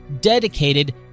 dedicated